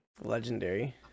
legendary